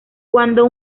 cuando